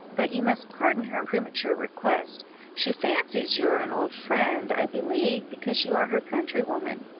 but you must pardon her premature request she fancies you are an old friend, i believe, because you are her countrywoman.